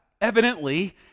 Evidently